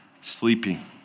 sleeping